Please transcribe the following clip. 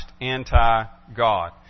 anti-God